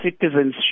citizens